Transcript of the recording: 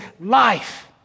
life